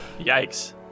Yikes